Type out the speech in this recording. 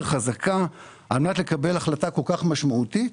חזקה על מנת לקבל החלטה כל כך משמעותית,